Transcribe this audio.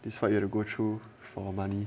this what you have to go through for money